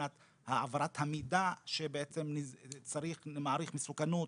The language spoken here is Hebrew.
מבחינת העברת המידע שצריך מעריך מסוכנות,